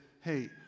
hey